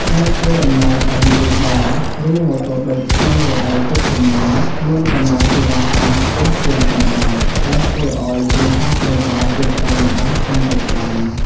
ការធ្វើដំណើរតាមទូកដរ ឬម៉ូតូឌុបក្នុងរដូវទឹកជំនន់ មានតម្លៃសេវាកម្មខ្ពស់ជាងធម្មតា ដែលធ្វើឱ្យគ្រួសារក្រីក្រជួបការលំបាកកាន់តែខ្លាំង។